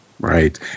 Right